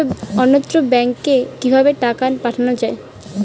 অন্যত্র ব্যংকে কিভাবে টাকা পাঠানো য়ায়?